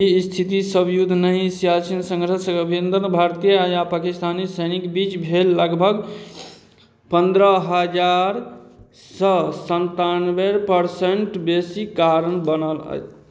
ई इस्थिति सब युद्ध नहि सिआचिन सन्घर्ष अभ्यन्तर भारतीय आओर पाकिस्तानी सैनिक बीच भेल लगभग पनरह हजारसँ सनतानवे परसेन्ट बेसी कारण बनल अइ